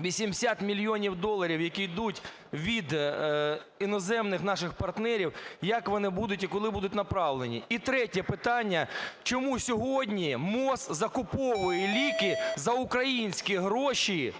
80 мільйонів доларів, які ідуть від іноземних наших партнерів, як вони будуть і коли будуть направлені? І третє питання. Чому сьогодні МОЗ закуповує ліки за українські гроші